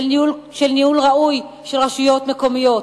של ניהול ראוי של רשויות מקומיות